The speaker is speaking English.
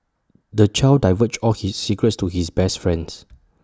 the child divulged all his secrets to his best friends